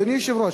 אדוני היושב-ראש,